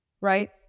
right